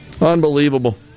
Unbelievable